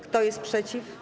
Kto jest przeciw?